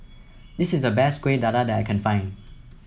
this is the best Kueh Dadar that I can find